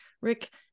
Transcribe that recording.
Rick